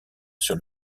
sur